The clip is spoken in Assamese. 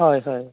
হয় হয়